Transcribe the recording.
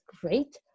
great